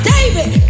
David